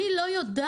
אני לא יודעת,